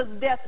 death